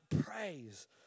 praise